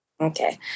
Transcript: Okay